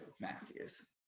Matthews